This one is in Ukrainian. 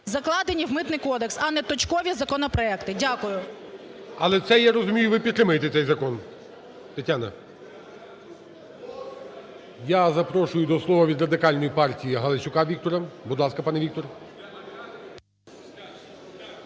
закладені у Митний кодекс, а не точкові законопроекти. Дякую. ГОЛОВУЮЧИЙ. Але це я розумію, ви підтримаєте цей закон, Тетяно. Я запрошую до слова від Радикальної партії Галасюка Віктора. Будь ласка, пане Віктор.